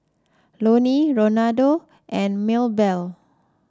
Loni Ronaldo and Maebell